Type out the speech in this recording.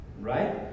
right